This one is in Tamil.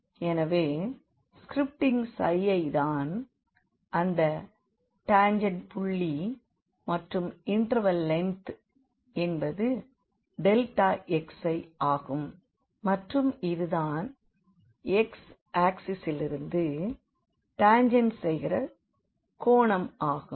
எனவே i தான் அந்த டாஞ்செண்ட் புள்ளி மற்றும் இண்டர்வெல் லெந்த் என்பது xi ஆகும் மற்றும் இது தான் x ஆக்சிசிலிருந்து டாஞ்ஜெண்ட் செய்கிற கோணம் ஆகும்